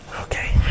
Okay